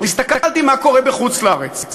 הסתכלתי מה קורה בחוץ-לארץ.